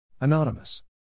Anonymous